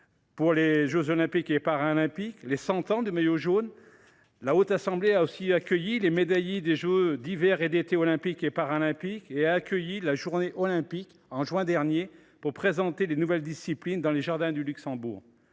pour les jeux Olympiques et Paralympiques et des 100 ans du maillot jaune. La Haute Assemblée a aussi accueilli les médaillés des jeux Olympiques et Paralympiques d’hiver et d’été, et organisé la journée olympique, en juin dernier, pour présenter les nouvelles disciplines dans le jardin du Luxembourg.